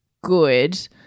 good